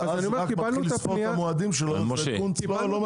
זה לא מתאים.